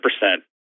percent